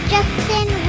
Justin